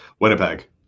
Winnipeg